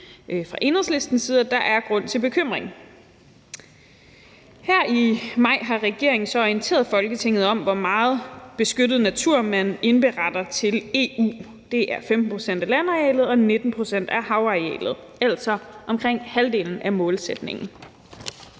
fra Enhedslistens side, at der er grund til bekymring. Her i maj har regeringen så orienteret Folketinget om, hvor meget beskyttet natur man indberetter til EU. Det er 15 pct. af landarealet og 19 pct. af havarealet, altså omkring halvdelen af målsætningen.